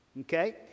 Okay